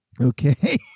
Okay